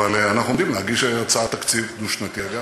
אבל אנחנו עומדים להגיש הצעת תקציב, דו-שנתי אגב,